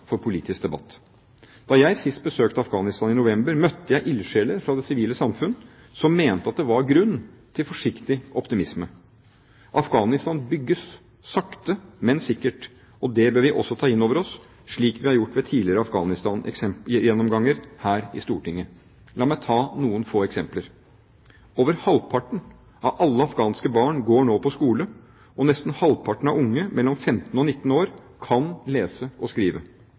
for politisk debatt. Da jeg sist besøkte Afghanistan i november, møtte jeg ildsjeler fra det sivile samfunn som mente at det var grunn til forsiktig optimisme. Afghanistan bygges, sakte, men sikkert, og det bør vi også ta inn over oss, slik vi har gjort ved tidligere Afghanistan-gjennomganger her i Stortinget. La meg ta noen flere eksempler: Over halvparten av alle afghanske barn går nå på skole, og nesten halvparten av unge mellom 15 og 19 år kan lese og skrive.